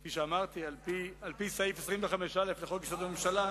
כפי שאמרתי, על-פי סעיף 25(א) לחוק-יסוד: הממשלה,